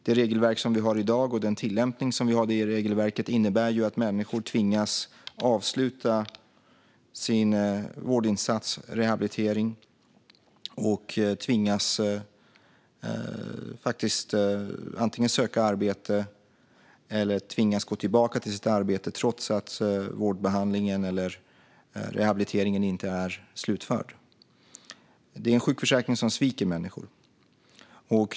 Det regelverk som vi har i dag och den tillämpning som vi har av det regelverket innebär att människor tvingas att avsluta sin vårdinsats och rehabilitering och faktiskt tvingas antingen att söka arbete eller att gå tillbaka till sitt arbete, trots att vårdbehandlingen eller rehabiliteringen inte är slutförd. Det är en sjukförsäkring som sviker människor.